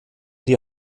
die